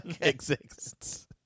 exists